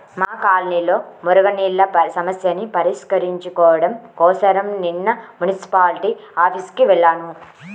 మా కాలనీలో మురుగునీళ్ళ సమస్యని పరిష్కరించుకోడం కోసరం నిన్న మున్సిపాల్టీ ఆఫీసుకి వెళ్లాను